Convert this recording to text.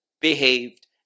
behaved